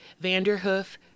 Vanderhoof